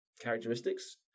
characteristics